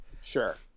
Sure